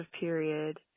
period